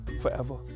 forever